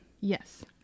yes